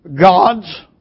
gods